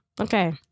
Okay